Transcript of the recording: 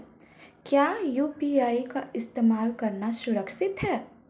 क्या यू.पी.आई का इस्तेमाल करना सुरक्षित है?